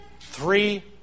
three